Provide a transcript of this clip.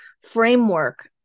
framework